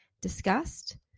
discussed